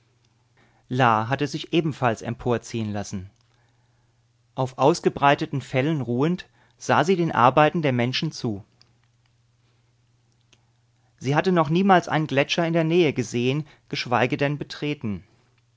hatte sich ebenfalls emporziehen lassen auf ausgebreiteten fellen ruhend sah sie den arbeiten der menschen zu sie hatte noch niemals einen gletscher in der nähe gesehen geschweige denn betreten